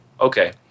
Okay